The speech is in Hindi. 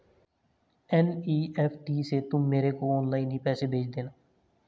एन.ई.एफ.टी से तुम मेरे को ऑनलाइन ही पैसे भेज देना